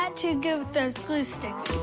not too good with those glue sticks.